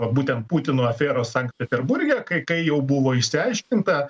būtent putino aferos sankt peterburge kai kai jau buvo išsiaiškinta